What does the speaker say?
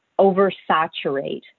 oversaturate